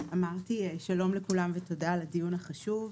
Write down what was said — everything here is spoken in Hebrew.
שלום לכולם, תודה על הדיון החשוב.